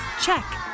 Check